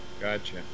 Gotcha